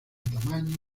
tamaño